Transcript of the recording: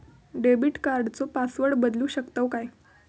Debit कार्डचो password बदलु शकतव काय?